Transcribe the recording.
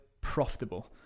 profitable